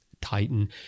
Titan